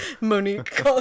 monique